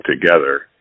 together